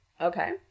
Okay